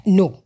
no